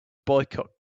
boycott